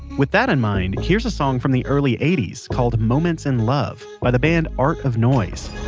with that in mind, here is a song from the early eighty s called moments in love, by the band art of noise